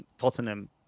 Tottenham